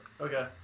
okay